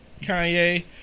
Kanye